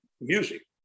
music